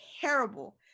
terrible